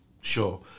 Sure